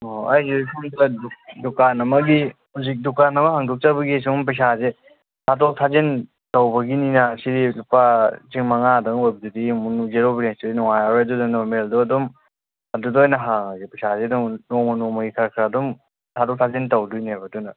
ꯑꯣ ꯑꯩꯁꯦ ꯁ꯭ꯋꯥꯏꯗ ꯗꯨꯀꯥꯟ ꯑꯃꯒꯤ ꯍꯧꯖꯤꯛ ꯗꯨꯀꯥꯟ ꯑꯃ ꯍꯥꯡꯗꯣꯛꯆꯕꯒꯤ ꯁꯨꯝ ꯄꯩꯁꯥꯁꯦ ꯊꯥꯗꯣꯛ ꯊꯥꯖꯤꯟ ꯇꯧꯕꯒꯤꯅꯤꯅ ꯁꯤꯗꯤ ꯂꯨꯄꯥ ꯆꯦꯡꯃꯉꯥꯗꯪ ꯑꯣꯏꯕꯗꯨꯗꯤ ꯑꯃꯨꯛ ꯖꯦꯔꯣ ꯕꯦꯂꯦꯟꯁꯇꯗꯤ ꯅꯨꯡꯉꯥꯏꯔꯔꯣꯏ ꯑꯗꯨꯗꯨꯅ ꯅꯣꯔꯃꯦꯜꯗꯣ ꯑꯗꯨꯝ ꯑꯗꯨꯗ ꯑꯣꯏꯅ ꯍꯥꯡꯉꯒꯦ ꯄꯩꯁꯥꯁꯦ ꯑꯗꯨꯝ ꯅꯣꯡꯃ ꯅꯣꯡꯃꯒꯤ ꯈꯔ ꯈꯔ ꯑꯗꯨꯝ ꯊꯥꯗꯣꯛ ꯊꯥꯖꯤꯟ ꯇꯧꯗꯣꯏꯅꯦꯕ ꯑꯗꯨꯅ